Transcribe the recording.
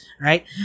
right